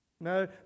No